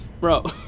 Bro